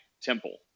temple